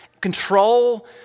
control